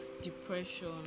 depression